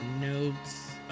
notes